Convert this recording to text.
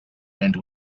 end